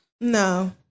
no